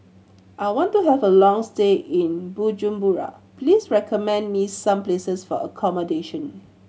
I want to have a long stay in Bujumbura Please recommend me some places for accommodation